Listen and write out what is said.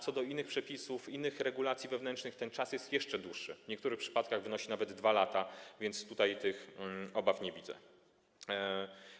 Co do innych przepisów, innych regulacji wewnętrznych, to ten czas jest jeszcze dłuższy, w niektórych przypadkach wynosi nawet 2 lata, więc tutaj nie widzę tych obaw.